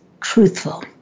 truthful